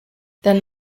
then